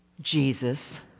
Jesus